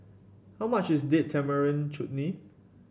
how much is Date Tamarind Chutney